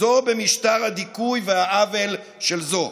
זו במשטר הדיכוי והעוול של זו,